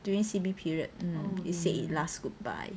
during C_B period it said it's last goodbye